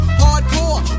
hardcore